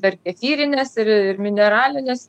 dar kefyrines ir ir mineralines